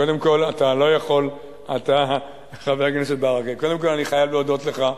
חבר הכנסת ברכה, קודם כול, אני חייב להודות לך,